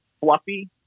fluffy